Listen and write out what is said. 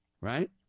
right